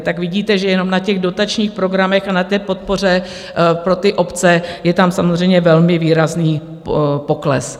Tak vidíte, že jenom na dotačních programech a na podpoře pro obce je tam samozřejmě velmi výrazný pokles.